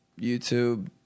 YouTube